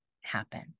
happen